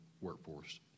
workforce